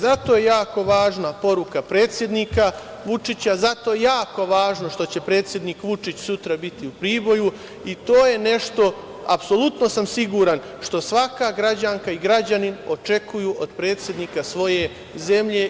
Zato je jako važna poruka predsednika Vučića, zato je jako važno što će predsednik Vučić sutra biti u Priboju i to je nešto, apsolutno sam siguran, što svaka građanka i građanin očekuju od predsednika svoje zemlje.